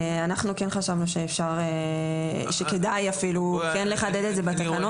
אנחנו כן חשבנו שכדאי אפילו כן לחדד את זה בתקנות.